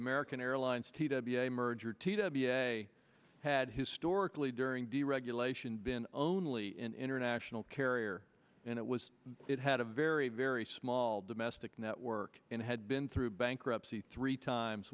american airlines t to be a merger t w a had historically during deregulation been only in international carrier and it was it had a very very small domestic network and had been through bankruptcy three times